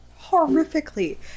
horrifically